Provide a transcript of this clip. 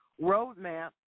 roadmap